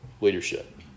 leadership